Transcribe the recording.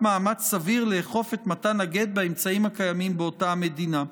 מאמץ סביר לאכוף את מתן הגט באמצעים הקיימים באותה המדינה.